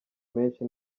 menshi